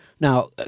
Now